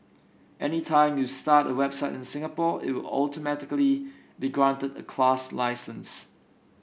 anytime you start a website in Singapore it will automatically be granted a class license